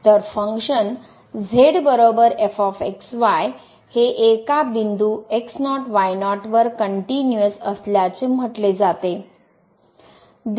तर function z f x y हे एका बिंदू x0 y0 वर कनट्युनिअस असल्याचे म्हटले जाते